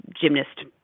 gymnast